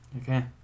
okay